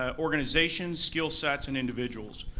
ah organizations, skillsets and individuals.